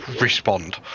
respond